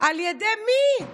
על ידי מי?